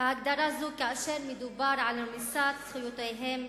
הגדרה זו כאשר מדובר על רמיסת זכויותיהם